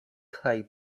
kaj